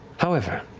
however,